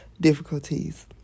difficulties